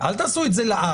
אל תעשו את זה לעד,